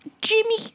Jimmy